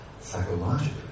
Psychologically